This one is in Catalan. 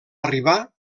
arribar